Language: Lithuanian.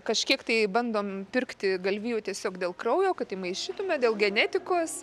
kažkiek tai bandom pirkti galvijų tiesiog dėl kraujo kad įmaišytume dėl genetikos